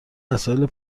وسایل